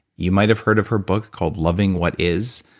you might've heard of her book called loving what is.